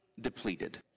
depleted